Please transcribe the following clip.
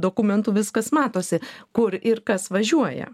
dokumentų viskas matosi kur ir kas važiuoja